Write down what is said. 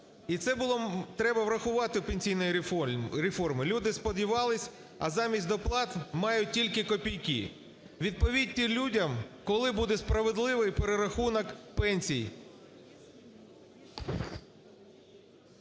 І це треба врахувати в пенсійній реформі, люди сподівалися, а замість доплат мають тільки копійки. Відповідьте людям, коли буде справедливий перерахунок пенсій.